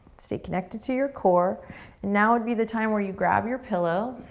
stay connected to your core. and now would be the time where you grab your pillow.